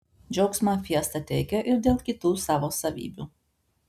džiaugsmą fiesta teikia ir dėl kitų savo savybių